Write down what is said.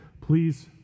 please